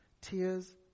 tears